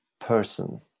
person